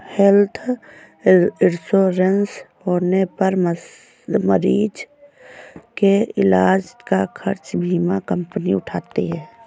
health insurance होने पर मरीज के इलाज का खर्च बीमा कंपनी उठाती है